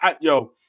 Yo